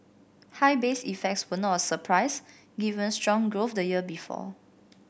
high base effects were not a surprise given strong growth the year before